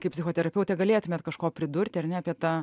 kaip psichoterapeutė galėtumėt kažko pridurti ar ne apie tą